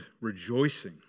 rejoicing